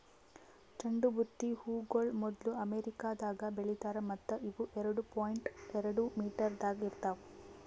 ಚಂಡು ಬುತ್ತಿ ಹೂಗೊಳ್ ಮೊದ್ಲು ಅಮೆರಿಕದಾಗ್ ಬೆಳಿತಾರ್ ಮತ್ತ ಇವು ಎರಡು ಪಾಯಿಂಟ್ ಎರಡು ಮೀಟರದಾಗ್ ಇರ್ತಾವ್